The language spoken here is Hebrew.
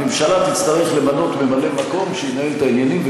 הממשלה תצטרך למנות ממלא מקום שינהל את העניינים,